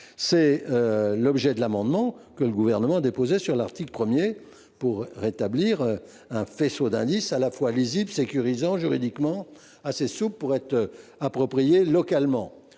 C’est l’objet de l’amendement que le Gouvernement a déposé sur l’article 1 pour rétablir un faisceau d’indices à la fois lisible, sécurisant juridiquement et assez souple pour que les élus puissent